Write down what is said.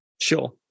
Sure